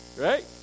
Right